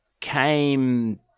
came